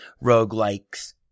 rogue-likes